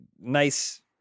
nice